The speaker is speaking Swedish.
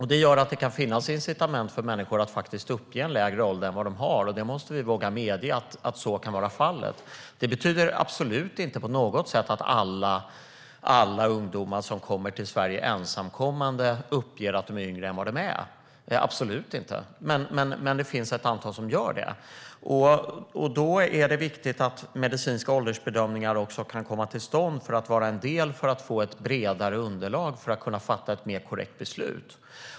Detta gör att det kan finnas incitament för människor att faktiskt uppge en lägre ålder, och vi måste våga medge att så kan vara fallet. Det betyder absolut inte att alla ungdomar som kommer ensamma till Sverige uppger att de är yngre än vad de är. Så är det absolut inte. Men det finns ett antal som gör det, och då är det viktigt att medicinska åldersbedömningar kan komma till stånd som en del i att få ett bredare underlag för att kunna fatta ett mer korrekt beslut.